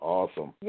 Awesome